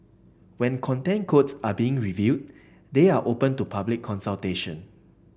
when Content Codes are being reviewed they are open to public consultation